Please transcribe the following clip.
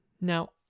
Now